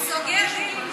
הוא סוגר דיל עם ש"ס.